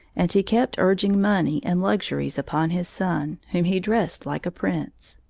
and he kept urging money and luxuries upon his son, whom he dressed like a prince.